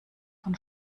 von